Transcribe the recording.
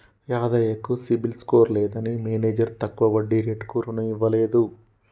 యాదయ్య కు CIBIL score లేదని manager తక్కువ వడ్డీ రేటుకు రుణం ఇవ్వలేదు